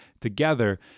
together